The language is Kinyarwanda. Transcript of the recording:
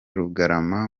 rugarama